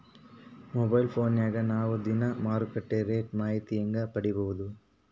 Mobile ಫೋನ್ಯಾಗ ನಾವ್ ದಿನಾ ಮಾರುಕಟ್ಟೆ ರೇಟ್ ಮಾಹಿತಿನ ಹೆಂಗ್ ಪಡಿಬೋದು?